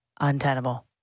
untenable